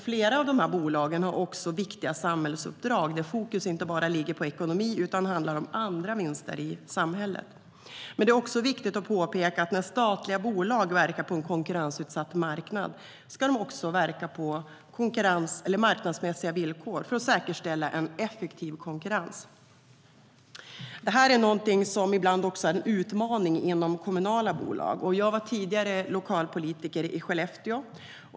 Flera av bolagen har också viktiga samhällsuppdrag, där fokus inte bara ligger på ekonomi utan även handlar om andra vinster för samhället. Men det är också viktigt att påpeka att när statliga bolag verkar på en konkurrensutsatt marknad ska de verka på marknadsmässiga villkor för att säkerställa en effektiv konkurrens. Detta är ibland en utmaning även inom kommunala bolag. Jag var tidigare lokalpolitiker i Skellefteå.